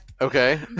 Okay